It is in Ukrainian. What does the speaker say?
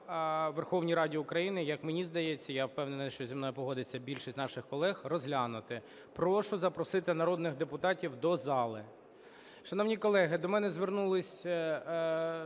Верховній Раді України, як мені здається, я впевнений, що зі мною погодиться більшість наших колег, розглянути. Прошу запросити народних депутатів до зали. Шановні колеги, до мене звернулась